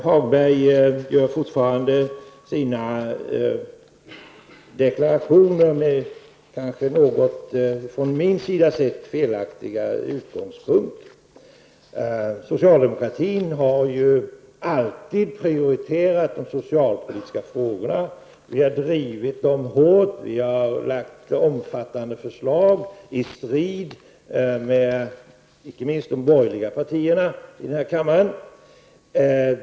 Herr talman! Lars-Ove Hagberg gör sina deklarationer utifrån, från min sida sett, felaktiga utgångspunkter. Socialdemokraterna har alltid prioriterat de socialpolitiska frågorna. Vi har drivit dem hårt och lagt fram omfattande förslag i strid med icke minst de borgerliga partierna i denna kammare.